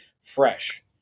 fresh